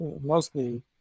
mostly